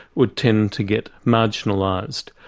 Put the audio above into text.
would tend to get marginalised.